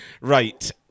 Right